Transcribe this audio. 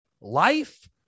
Life